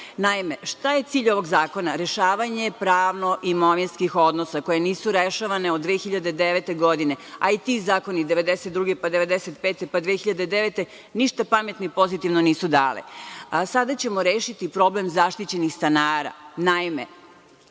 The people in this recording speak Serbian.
državu. Naime, šta je cilj ovog zakona? Rešavanje pravno-imovinskih odnosa koja nisu rešavana od 2009. godine, a i ti zakoni 1992, 1995. pa 2009. godine ništa pametno ni pozitivno nisu dali. Sada ćemo rešiti problem zaštićenih stanara.